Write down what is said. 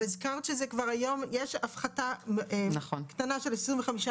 אבל הזכרת שזה כבר היום, יש הפחתה קטנה של 25%?